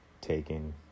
taken